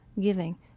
giving